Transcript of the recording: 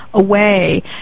away